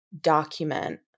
document